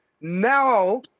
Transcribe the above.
Now